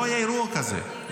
לא היה אירוע כזה.